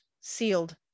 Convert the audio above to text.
sealed